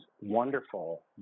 wonderful